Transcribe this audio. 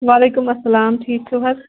وعلیکُم اَسَلام ٹھیٖک چھِو حظ